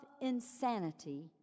insanity